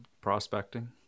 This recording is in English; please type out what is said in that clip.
prospecting